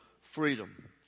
freedom